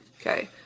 Okay